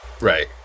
Right